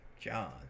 John